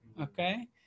okay